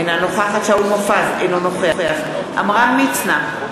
אינה נוכחת שאול מופז, אינו נוכח עמרם מצנע,